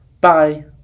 bye